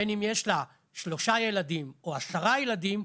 בין אם יש לה שלושה ילדים או עשרה ילדים,